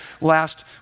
last